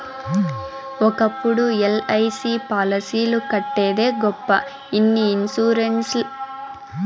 ఒకప్పుడు ఎల్.ఐ.సి పాలసీలు కట్టేదే గొప్ప ఇన్ని ఇన్సూరెన్స్ లేడ